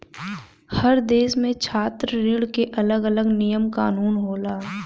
हर देस में छात्र ऋण के अलग अलग नियम कानून होला